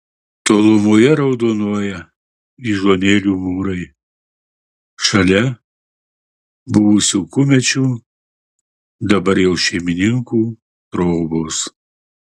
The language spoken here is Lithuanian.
tolumoje raudonuoja vyžuonėlių mūrai šalia buvusių kumečių dabar jau šeimininkų trobos